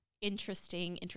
interesting